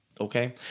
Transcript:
okay